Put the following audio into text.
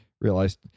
realized